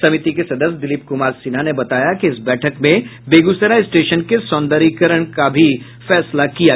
समिति के सदस्य दिलीप कुमार सिन्हा ने बताया कि इस बैठक में बेगूसराय स्टेशन के सौंदर्यीकरण का भी फैसला किया गया है